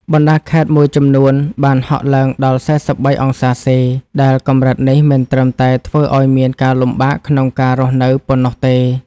បណ្តាខេត្តមួយចំនួនបានហក់ឡើងដល់ ៤៣ អង្សាសេ ដែលកម្រិតនេះមិនត្រឹមតែធ្វើឱ្យមានការលំបាកក្នុងការរស់នៅប៉ុណ្ណោះទេ។